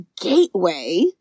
gateway